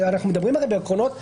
אנחנו מדברים בעקרונות מוסכמים.